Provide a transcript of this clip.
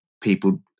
people